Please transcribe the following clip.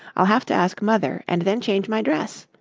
i'll have to ask mother, and then change my dress,